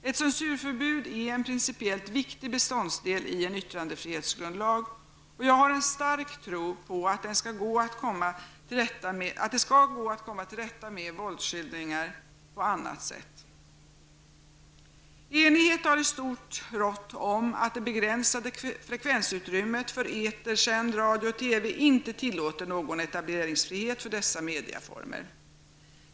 Ett censurförbud är en principiellt viktig beståndsdel i en yttrandefrihetsgrundlag, och jag har en stark tro på att det skall gå att komma till rätta med våldsskildringarna på annat sätt. Enighet har i stort rått om att det begränsade frekvensutrymmet, för etersänd radio och TV, inte tillåter någon etableringsfrihet för dessa medieformer.